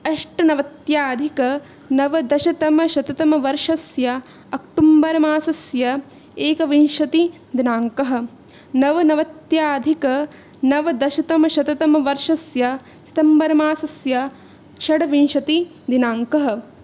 अष्टनवत्यधिकनवदशतमशततमवर्षस्य अक्टूम्बर् मासस्य एकविंशतिदिनाङ्कः नवनवत्यधिकनवदशतमशततमवर्षस्य सितम्बर् मासस्य षड्विंशतिदिनाङ्कः